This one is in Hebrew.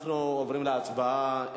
אנחנו עוברים להצבעה.